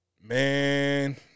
man